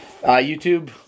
youtube